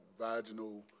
vaginal